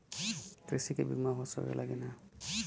कृषि के बिमा हो सकला की ना?